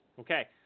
Okay